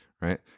Right